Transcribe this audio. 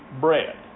bread